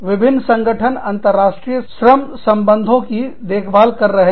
विभिन्न संगठन अंतर्राष्ट्रीय श्रम संबंधों की देखभाल कर रहे हैं